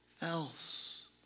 else